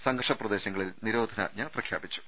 സംഘർഷ പ്രദേശങ്ങളിൽ നിരോധനാജ്ഞ പ്രഖ്യാപിച്ചു